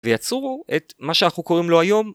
ויצרו את מה שאנחנו קוראים לו היום